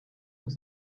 with